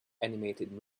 animated